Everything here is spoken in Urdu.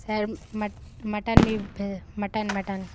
سر مٹن بھی مٹن مٹن